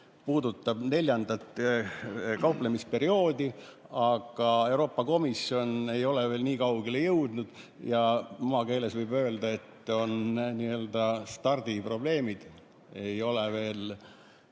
puudutab neljandat kauplemisperioodi, aga Euroopa Komisjon ei ole veel nii kaugele jõudnud. Maakeeles võib öelda, et on n-ö stardiprobleemid, ei ole veel